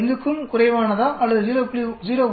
05 க்கும் குறைவானதா அல்லது 0